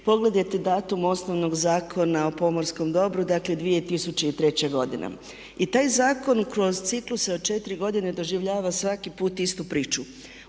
pogledajte datum osnovnog Zakona o pomorskom dobru, dakle 2003. godina. I taj zakon kroz cikluse od 4 godine doživljava svaki put istu priču.